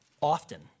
often